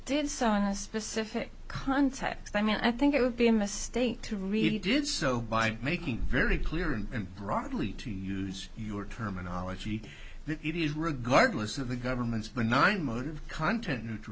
in a specific context i mean i think it would be a mistake to really did so by making very clear and broadly to use your terminology that regardless of the government's benign motive content neutral